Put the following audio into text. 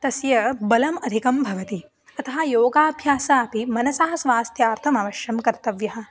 तस्य बलम् अधिकं भवति अतः योगाभ्यासः अपि मनसः स्वास्थ्यार्थमवश्यं कर्तव्यः